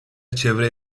çevre